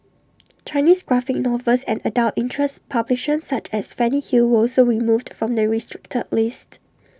Chinese graphic novels and adult interest publications such as Fanny hill were also removed from the restricted list